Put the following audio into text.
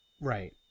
Right